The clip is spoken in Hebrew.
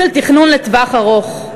של תכנון לטווח ארוך.